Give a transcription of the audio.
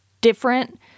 different